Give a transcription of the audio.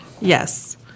Yes